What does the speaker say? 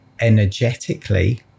Energetically